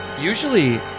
Usually